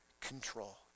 control